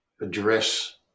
address